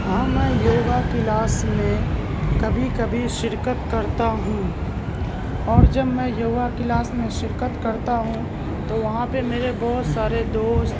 ہاں میں یوگا کلاس میں کبھی کبھی شرکت کرتا ہوں اور جب میں یوگا کلاس میں شرکت کرتا ہوں تو وہاں پہ میرے بہت سارے دوست